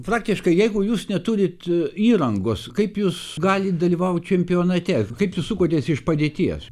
praktiškai jeigu jūs neturit įrangos kaip jūs galit dalyvaut čempionate kaip jūs sukotės iš padėties